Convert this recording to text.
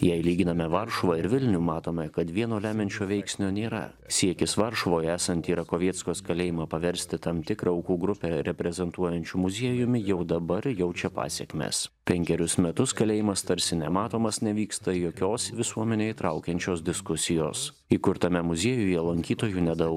jei lyginame varšuvą ir vilnių matome kad vieno lemiančio veiksnio nėra siekis varšuvoje esantį rakovieckos kalėjimą paversti tam tikrą aukų grupę reprezentuojančiu muziejumi jau dabar jaučia pasekmes penkerius metus kalėjimas tarsi nematomas nevyksta jokios visuomenę įtraukiančios diskusijos įkurtame muziejuje lankytojų nedaug